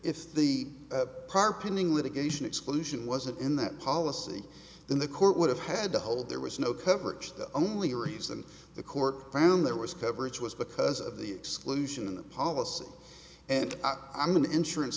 if the prior pending litigation exclusion wasn't in that policy then the court would have had to hold there was no coverage the only reason the court found there was coverage was because of the exclusion in the policy and i'm an insurance